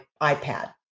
iPad